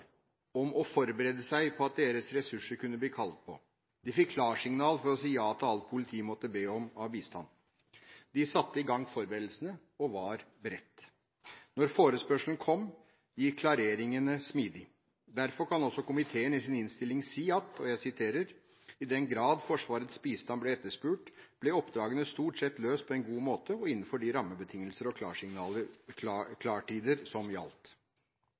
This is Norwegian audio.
om å være foroverlent og forberede seg på at deres ressurser kunne bli kallet på. De fikk klarsignal til å si ja til alt politiet måtte be om av bistand. De satte i gang forberedelsene og var beredt. Da forespørselen kom, gikk klareringene smidig. Derfor kan også komiteen i sin innstilling si at «i den grad Forsvarets bistand ble etterspurt, ble oppdragene stort sett løst på en god måte og innenfor de rammebetingelser og klartider som gjaldt».